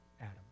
Adam